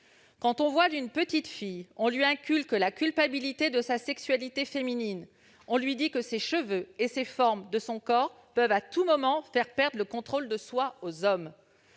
Quand on voile une petite fille, on lui inculque la culpabilité de sa sexualité féminine, on lui dit que ses cheveux et les formes de son corps peuvent à tout moment faire perdre le contrôle de soi aux hommes.